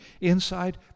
inside